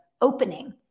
opening